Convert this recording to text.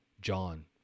John